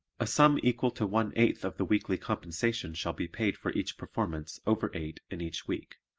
a sum equal to one-eighth of the weekly compensation shall be paid for each performance over eight in each week.